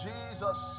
Jesus